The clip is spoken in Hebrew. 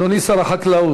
אדוני שר החקלאות,